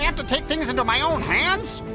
and to take things into my own hands?